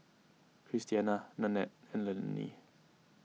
Christiana Nannette and Lannie